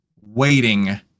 waiting